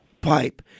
pipe